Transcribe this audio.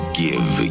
give